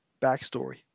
backstory